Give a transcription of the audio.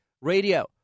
Radio